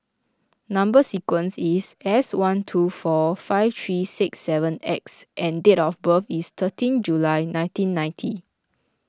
Number Sequence is S one two four five three six seven X and date of birth is thirteen July nineteen ninety